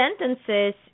sentences